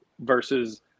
versus